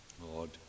Lord